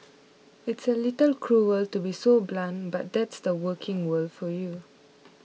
it's a little cruer to be so blunt but that's the working world for you